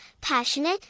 passionate